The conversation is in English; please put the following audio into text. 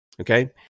Okay